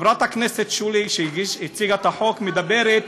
חברת הכנסת שולי, שהציגה את החוק מדברת